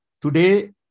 Today